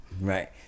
right